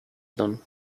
done